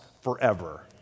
forever